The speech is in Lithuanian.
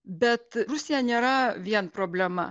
bet rusija nėra vien problema